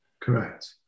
Correct